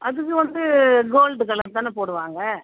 அதுக்கு வந்து gold colour தானே போடுவாங்க